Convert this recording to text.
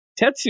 Tetsu